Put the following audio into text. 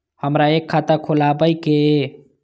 हमरा एक खाता खोलाबई के ये?